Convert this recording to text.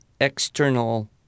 external